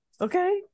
Okay